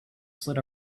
slid